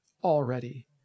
already